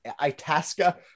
Itasca